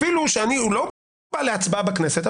אפילו שהוא לא בא להצבעה בכנסת,